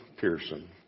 Pearson